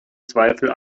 zweifel